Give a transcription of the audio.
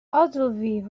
ogilvy